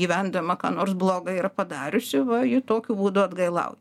gyvendama ką nors bloga yra padariusi va ji tokiu būdu atgailauja